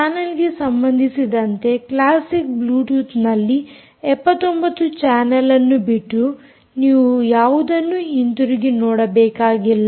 ಚಾನಲ್ಗೆ ಸಂಬಂಧಿಸಿದಂತೆ ಕ್ಲಾಸಿಕ್ ಬ್ಲೂಟೂತ್ನಲ್ಲಿ 79 ಚಾನಲ್ಅನ್ನು ಬಿಟ್ಟು ನೀವು ಯಾವುದನ್ನೂ ಹಿಂದಿರುಗಿ ನೋಡಬೇಕಾಗಿಲ್ಲ